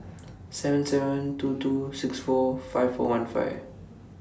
seven seven two two six four five four one five